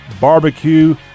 barbecue